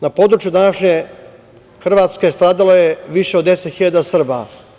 Na području današnje Hrvatske stradalo je više od 10 hiljada Srba.